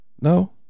No